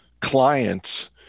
clients